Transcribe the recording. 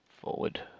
forward